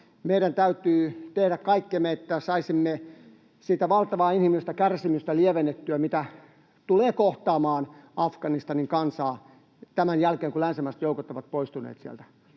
meidän täytyy tehdä kaikkemme, että saisimme lievennettyä sitä valtavaa inhimillistä kärsimystä, mikä tulee kohtaamaan Afganistanin kansaa tämän jälkeen, kun länsimaiset joukot ovat poistuneet sieltä.